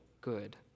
good